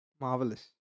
Marvelous